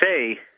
say